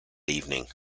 evening